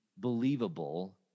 Believable